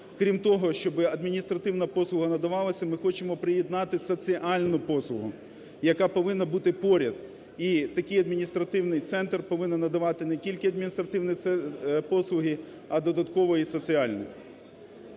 крім того, щоб адміністративна послуга надавалась, ми хочемо приєднати соціальну послугу, яка повинна бути поряд. І такий адміністративний центр повинен надавати не тільки адміністративні послуги, а додатково і соціальні.